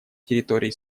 территории